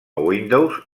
windows